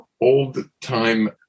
old-time